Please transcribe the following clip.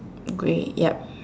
grey yup